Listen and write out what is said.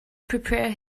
prepare